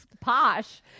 posh